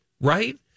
right